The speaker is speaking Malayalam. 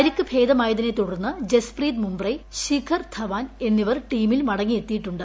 പരിക്ക് ഭേദമായതിനെ തുടർന്ന് ജസ്പ്രീത് മുംബ്ര ശിഖർ ധവാൻ എന്നിവർ ടീമിൽ മടങ്ങിയെത്തിയിട്ടുണ്ട്